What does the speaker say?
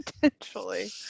Potentially